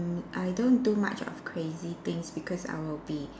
mm I don't do much of crazy things because I will be